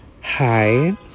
hi